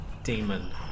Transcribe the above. demon